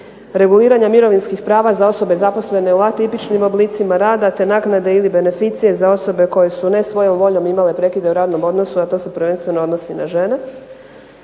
reguliranje mirovinskih prava za osobe zaposlene u atipičnim oblicima rada te naknade ili beneficije za osobe koje su ne svojom voljom imale prekide u radnom odnosu, a to se prvenstveno odnosi na žene.